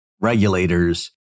regulators